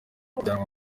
kujyanwa